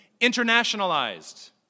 internationalized